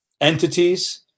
entities